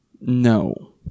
No